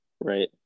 right